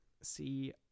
see